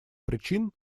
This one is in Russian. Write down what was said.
причин